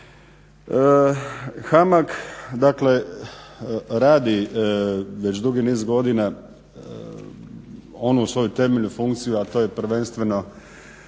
dakle radi već dugi niz godina onu svoju temeljnu funkciju, a to je prvenstveno